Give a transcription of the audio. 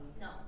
No